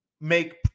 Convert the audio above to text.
make